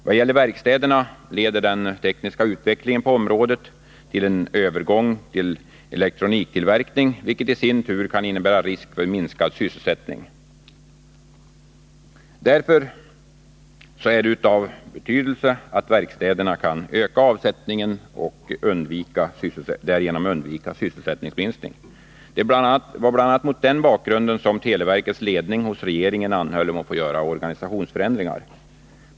Vad gäller verkstäderna leder den tekniska utvecklingen på området till en övergång till elektroniktillverkning, vilket i sin tur kan innebära risk för minskad sysselsättning. Därför är det av betydelse att verkstäderna kan öka avsättningen och därigenom undvika sysselsättningsminskning. Det var bl.a. mot den bakgrunden som televerkets ledning hos regeringen anhöll att få göra organisationsförändringar.